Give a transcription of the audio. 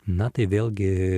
na tai vėlgi